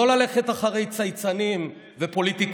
לא ללכת אחרי צייצנים ופוליטיקאים,